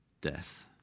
death